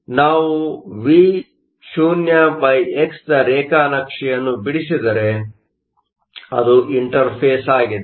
ಆದ್ದರಿಂದ ನಾವು Vox ದ ರೇಖಾನಕ್ಷೆಯನ್ನು ಬಿಡಿಸಿದರೆ ಅದು ಇಂಟರ್ಫೇಸ್ ಆಗಿದೆ